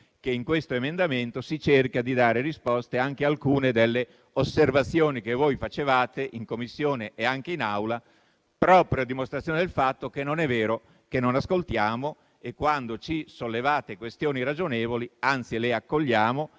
scoprirete che vi si cerca di dare risposta anche ad alcune delle osservazioni che avete avanzato in Commissione e anche in Aula, proprio a dimostrazione del fatto che non è vero che non ascoltiamo e, quando ci sollevate questioni ragionevoli, anzi le accogliamo,